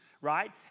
right